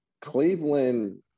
Cleveland